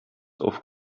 auf